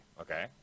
okay